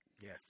Yes